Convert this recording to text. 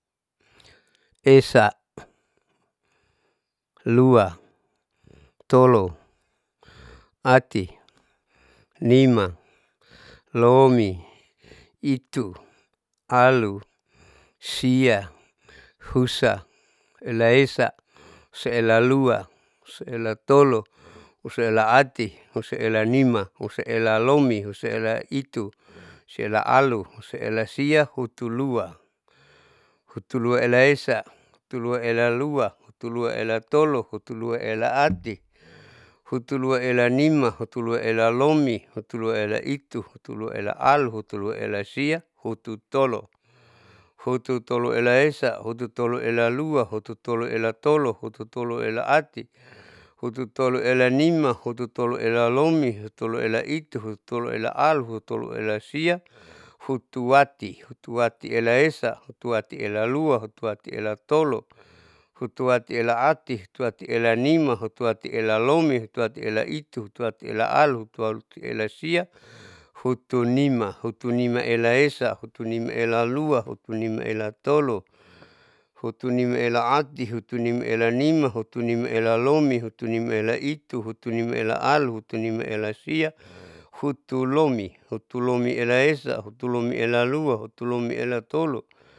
Esa, lua, tolo, ati, nima, lomi, itu, alu, sia, husa, husaela esa, husaela lua, husael tolo, husaela ati, husaela nima, husaela lomi, husaela itu, husaela alu, husaela sia, hutuluaela esa, hutuluaela lua, hutuluaela tolo, hutuluaela ati, hutuluaela nima, hutuluaela lomi, hutuluaela itu, hutuluaela alu, hutuluaela sia, hutu tolo, hututoloela esa, hututoloela lua, hututoloela tolo, hututoloela ati, hututoloela nima, hututoloela lomi, hututoloela itu, hututoloela alu, hututoloela sia, hutuati, hutuatiela esa, hutuatiela lua, hutuatiela tolo, hutuatiela ati, hutuatiela nima, hutuatiela lomi, hutuatiela itu, hutuatiela alu, hutuatiela sia, hutunima, hutunimaela esa, hutunimaela lua, hutunimaela tolo, hutunimaela ati, hutunimaela nima, hutunimaela lomi, hutunimaela itu, hutunimaela alu, hutunimaela sia, hutulomi, hutulomiela esa, hutulomiela lua, hutulomiela tolo.